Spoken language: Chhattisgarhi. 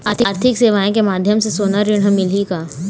आरथिक सेवाएँ के माध्यम से सोना ऋण हर मिलही का?